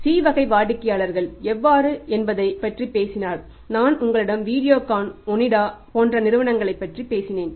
C வகை வாடிக்கையாளர்கள் எவ்வாறு என்பதைப் பற்றி பேசினால் நான் உங்களிடம் வீடியோகான் ஒனிடா போன்ற நிறுவனங்களைப் பற்றி பேசினேன்